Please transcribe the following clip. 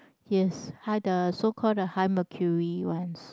yes high the so called the high mercury ones